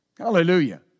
Hallelujah